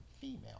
female